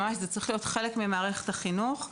זה צריך להיות חלק ממערכת החינוך,